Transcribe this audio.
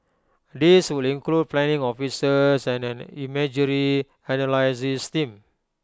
these would include planning officers and an imagery analysis team